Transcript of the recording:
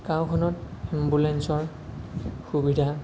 গাঁওখনত এম্বুলেঞ্চৰ সুবিধা